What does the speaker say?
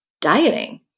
dieting